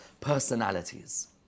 personalities